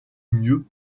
mieux